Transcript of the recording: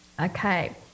okay